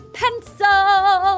pencil